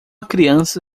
criança